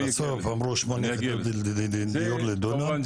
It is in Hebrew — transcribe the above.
אני ד"ר בהנדסת מכונות,